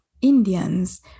Indians